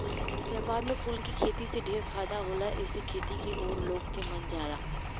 व्यापार में फूल के खेती से ढेरे फायदा होला एसे खेती की ओर लोग के मन जाला